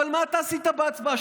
אבל מה עשית בהצבעה?